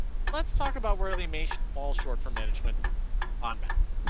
let's talk about where they may so fall short for management on max.